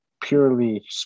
purely